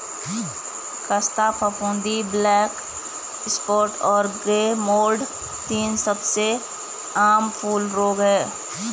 ख़स्ता फफूंदी, black spot और ग्रे मोल्ड तीन सबसे आम फूल रोग हैं